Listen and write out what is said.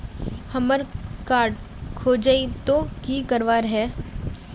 हमार कार्ड खोजेई तो की करवार है?